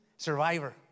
survivor